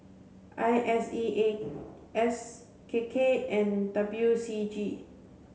I S E A S K K and W C G